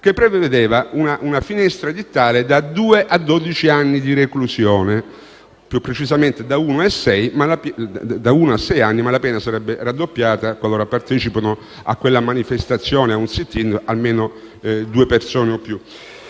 che prevedeva una finestra edittale da due a dodici anni di reclusione: più precisamente da uno a sei anni, ma la pena sarebbe stata raddoppiata qualora avessero partecipato alla manifestazione o a un *sit-in* almeno due persone o più.